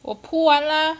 我铺完啦